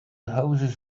houses